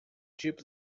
deep